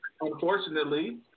unfortunately